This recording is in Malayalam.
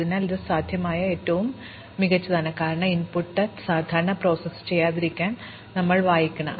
അതിനാൽ ഇത് സാധ്യമായ ഏറ്റവും മികച്ചതാണ് കാരണം ഇൻപുട്ട് സാധാരണ പ്രോസസ്സ് ചെയ്യാതിരിക്കാൻ ഞങ്ങൾ വായിക്കണം